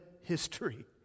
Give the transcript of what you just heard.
history